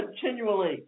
continually